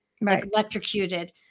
electrocuted